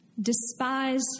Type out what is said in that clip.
Despise